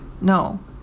No